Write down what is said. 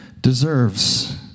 deserves